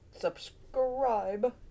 subscribe